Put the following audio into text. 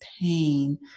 pain